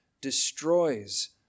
destroys